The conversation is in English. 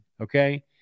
Okay